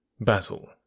Basil